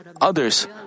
others